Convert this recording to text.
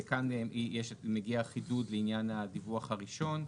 וכאן מגיע חידוד לעניין הדיווח הראשון,